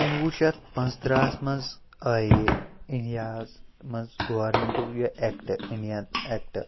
کُنہٕ وُہ شٮ۪تھ پانٛژھ تٕرٛہَس منٛز آیے اِنڈیاہَس منٛز گورمٮ۪نٛٹُک یہِ اٮ۪کٹ اِنٛڈیَن اٮ۪کٹ